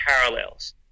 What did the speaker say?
parallels